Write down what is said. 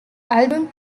album